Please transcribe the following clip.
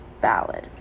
valid